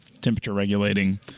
temperature-regulating